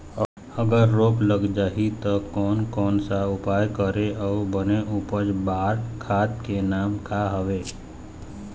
अगर रोग लग जाही ता कोन कौन सा उपाय करें अउ बने उपज बार खाद के नाम का हवे?